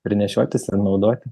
ir nešiotis ir naudoti